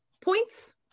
points